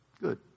Good